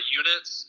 units